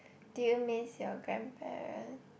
do you miss your grandparent